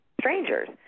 strangers